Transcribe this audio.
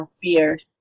beard